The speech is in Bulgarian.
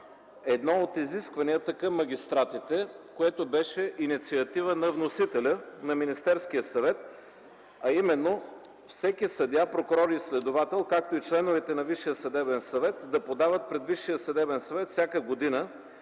едно от изискванията към магистратите, което беше инициатива на вносителя – на Министерския съвет, а именно всеки съдия, прокурор и следовател, както и членовете на Висшия съдебен съвет да подават пред Висшия съдебен съвет всяка година